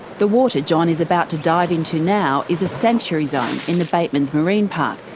the water john is about to dive into now is a sanctuary zone in the batemans marine park,